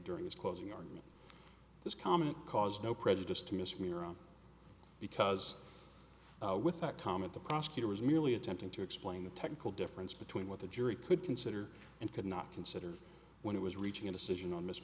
during his closing argument this comment caused no prejudice to miss me around because with that comment the prosecutor was merely attempting to explain the technical difference between what the jury could consider and could not consider when it was reaching a decision on